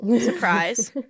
Surprise